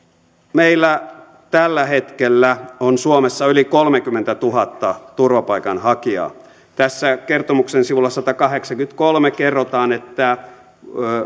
meillä tällä hetkellä on suomessa yli kolmekymmentätuhatta turvapaikanhakijaa tässä kertomuksen sivulla sataankahdeksaankymmeneenkolmeen kerrotaan että